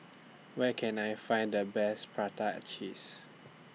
Where Can I Find The Best Prata Cheese